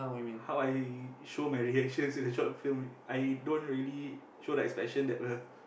how I show my reactions in the short film I don't really show the expression that'll